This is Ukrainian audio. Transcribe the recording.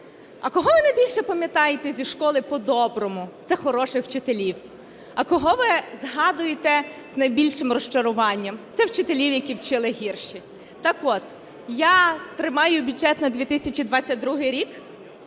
А кого ви найбільше пам'ятаєте зі школи по-доброму? Це хороших вчителів. А кого ви згадуєте з найбільшим розчаруванням, це вчителі, які вчили гірше? Так от, я тримаю бюджет на 2022 рік